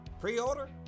Pre-order